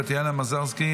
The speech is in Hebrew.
טטיאנה מזרסקי,